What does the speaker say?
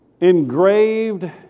engraved